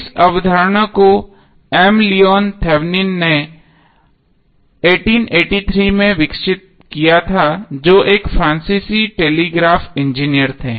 इस अवधारणा को M Leon Thevenin ने 1883 में विकसित किया था जो एक फ्रांसीसी टेलीग्राफ इंजीनियर थे